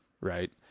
right